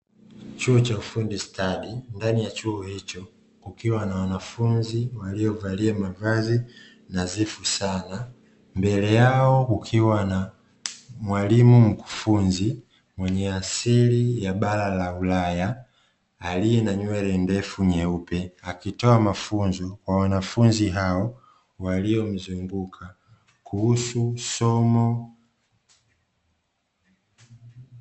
Chuo cha ufundi stadi, ndani ya chuo hicho kukiwa na wanafunzi waliovalia mavazi nadhifu sana, mbele yao kukiwa na mwalimu mkufunzi mwenye asili ya bara la Ulaya aliye na nywele ndefu nyeupe akitoa mafunzo kwa wanafunzi hao waliomzunguka kuhusu somo.